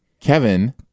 Kevin